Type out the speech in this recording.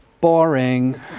boring